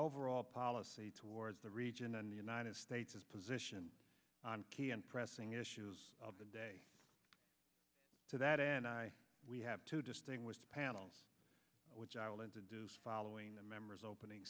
overall policy towards the region and the united states his position on key and pressing issues of the day to that and i we have two distinguished panels which i will introduce following the members opening